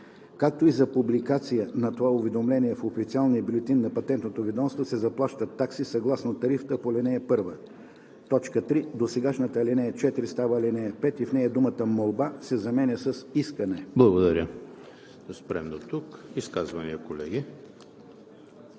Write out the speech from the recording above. както и за публикация на това уведомление в Официалния бюлетин на Патентното ведомство се заплащат такси съгласно тарифата по ал. 1.“ 3. Досегашната ал. 4 става ал. 5 и в нея думата „молба“ се заменя с „искане“.“